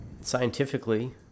scientifically